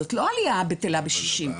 זאת לא עלייה בטלה בשישים.